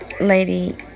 Lady